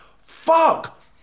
Fuck